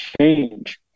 change